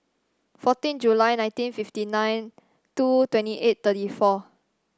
fourteen July nineteen fifty nine two twenty eight thirty four